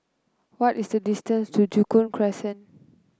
what is the distance to Joo Koon Crescent